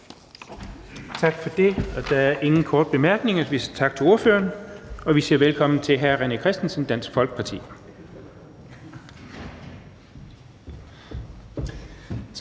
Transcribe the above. Tak for det. Der er ingen korte bemærkninger. Vi siger tak til ordføreren, og vi siger velkommen til hr. René Christensen, Dansk Folkeparti.